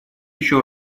еще